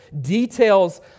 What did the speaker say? details